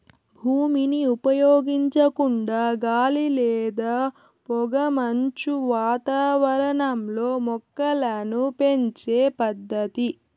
భూమిని ఉపయోగించకుండా గాలి లేదా పొగమంచు వాతావరణంలో మొక్కలను పెంచే పద్దతి